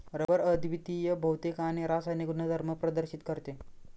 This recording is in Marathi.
रबर अद्वितीय भौतिक आणि रासायनिक गुणधर्म प्रदर्शित करते